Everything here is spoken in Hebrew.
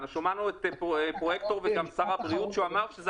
שמענו את הפרויקטור וגם שר הבריאות אמר שזה